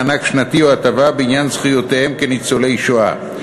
מענק שנתי או הטבה בעניין זכויותיהם כניצולי שואה,